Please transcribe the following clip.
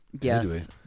Yes